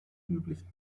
üblichen